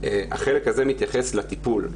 החלק הזה מתייחס לטיפול,